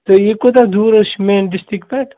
تہٕ یہِ کوٗتاہ دوٗر چھِ مین ڈِسٹِک پٮ۪ٹھ